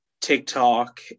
TikTok